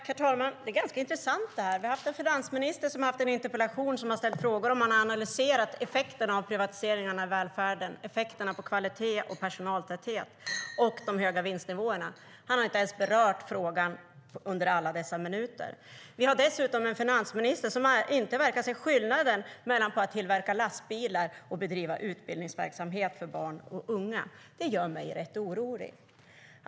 Herr talman! Det här är intressant. Vi har haft en finansminister som har varit här för att besvara en interpellation med frågor om han har analyserat effekterna av privatiseringarna i välfärden, effekterna på kvalitet och personaltäthet samt de höga vinstnivåerna. Han har inte ens berört frågorna under alla dessa minuter. Vi har dessutom en finansminister som inte verkar se skillnaden mellan att tillverka lastbilar och bedriva utbildningsverksamhet för barn och unga. Det gör mig rätt orolig.